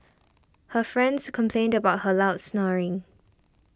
her friends complained about her loud snoring